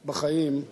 בחיים,